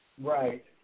right